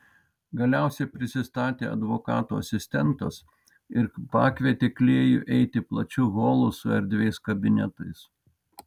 galiausiai prisistatė advokato asistentas ir pakvietė klėjų eiti plačiu holu su erdviais kabinetais